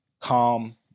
calm